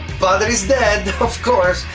battery's dead! of course,